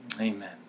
amen